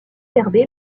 herbey